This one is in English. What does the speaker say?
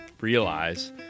realize